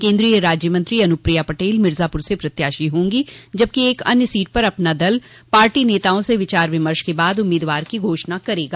केन्द्रीय राज्यमंत्री अनुप्रिया पटेल मिज़ापुर से प्रत्याशी होंगी जबकि एक अन्य सीट पर अपना दल पार्टी नेताओं से विचार विमर्श के बाद उम्मीदवार की घोषणा करेगा